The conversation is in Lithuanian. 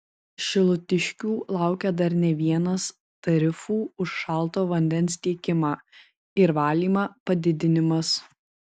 šilutiškių laukia dar ne vienas tarifų už šalto vandens tiekimą ir valymą padidinimas